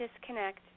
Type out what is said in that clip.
disconnect